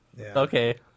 Okay